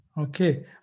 Okay